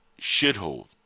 shithole